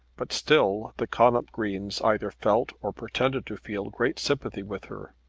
but still the connop greens either felt or pretended to feel great sympathy with her,